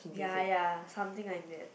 ya ya something like that